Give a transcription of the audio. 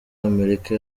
amerika